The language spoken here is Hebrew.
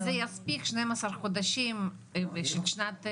וזה יספיק, 12 חודשים של שנת 2022?